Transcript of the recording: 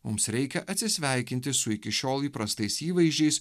mums reikia atsisveikinti su iki šiol įprastais įvaizdžiais